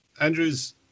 Andrews